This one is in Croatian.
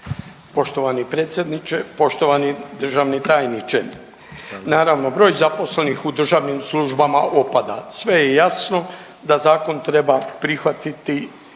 Poštovani predsjedniče, poštovani državni tajniče. Naravno, broj zaposlenih u državnim službama opada. Sve je jasno da zakon treba prihvatiti,